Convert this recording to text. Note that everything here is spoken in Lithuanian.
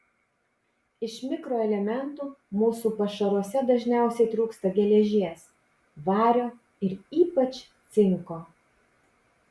iš mikroelementų mūsų pašaruose dažniausiai trūksta geležies vario ir ypač cinko